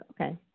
Okay